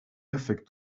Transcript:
affecte